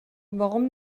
warum